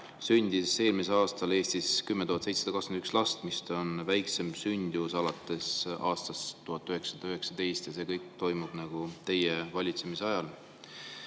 sündis eelmisel aastal Eestis 10 721 last, mis on väikseim sündimus alates aastast 1919, ja see kõik toimub teie valitsemisajal.